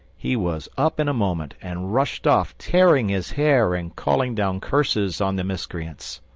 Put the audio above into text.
he was up in a moment, and rushed off, tearing his hair and calling down curses on the miscreants.